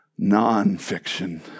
nonfiction